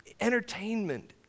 entertainment